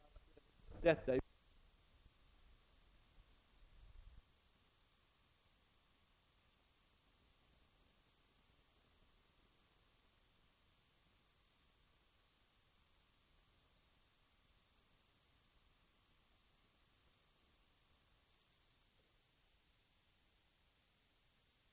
Men regeringen eller ett statsråd kan, som sagt, inte ha någon mening om ett betänkande som inte ens är färdigt. Man måste få se såväl betänkandet som remissyttrandena, innan man resonerar om saken.